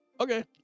Okay